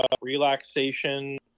relaxation